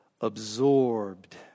absorbed